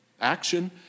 action